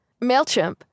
MailChimp